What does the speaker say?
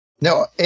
No